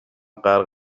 غرق